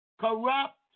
corrupt